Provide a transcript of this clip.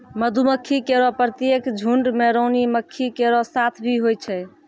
मधुमक्खी केरो प्रत्येक झुंड में रानी मक्खी केरो साथ भी होय छै